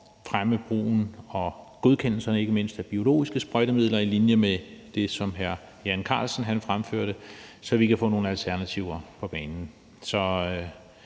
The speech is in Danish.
fremme brugen og ikke mindst godkendelserne af biologiske sprøjtemidler på linje med det, som hr. Jan Carlsen fremførte, så vi kan få nogle alternativer på banen.